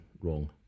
wrong